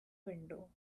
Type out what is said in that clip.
window